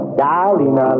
darling